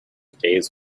days